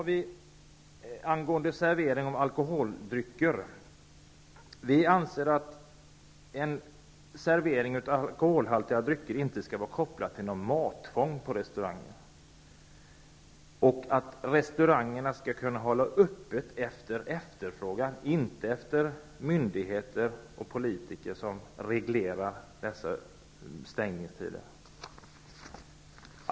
Vi anser att servering av alkoholhaltiga drycker inte skall vara kopplad till mattvång, och att restauranger skall kunna hålla öppet i förhållande till efterfrågan och inte ha reglerade stängningstider som beslutas av myndigheter och politiker.